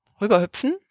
rüberhüpfen